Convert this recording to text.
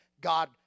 God